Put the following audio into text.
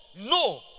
No